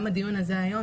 גם הדיון הזה היום,